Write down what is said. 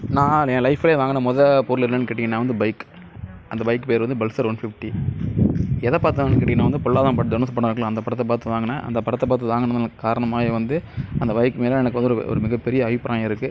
நான் என் லைஃப்லேயே வாங்கின முத பொருள் என்னன்னு கேட்டீங்கனா வந்து பைக் அந்த பைக் பெயர் வந்து பல்சர் ஒன் ஃபிஃப்ட்டி எதை பார்த்து வாங்குனேன்னு கேட்டீங்கன்னா வந்து பொல்லாதவன் படம் தனுஷ் படம் இருக்குதுல அந்த படத்தை பார்த்து வாங்குனேன் அந்த படத்தை பார்த்து வாங்கின காரணமாக வந்து அந்த அந்த பைக் மேல எனக்கு ஒரு ஒரு மிக பெரிய அபிப்பிராயம் இருக்குது